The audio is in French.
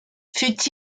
fût